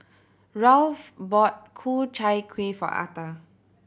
Rolf bought Ku Chai Kueh for Atha